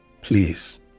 please